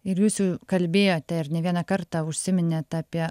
ir jūs jau kalbėjote ir ne vieną kartą užsiminėt apie